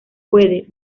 puede